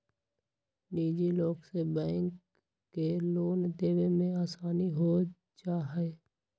निजी लोग से बैंक के लोन देवे में आसानी हो जाहई